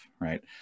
right